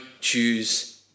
Choose